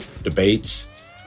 Debates